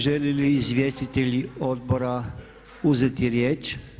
Žele li izvjestitelji Odbora uzeti riječ?